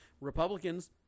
Republicans